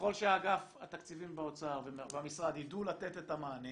ככל שאגף התקציבים באוצר והמשרד יידעו לתת את המענה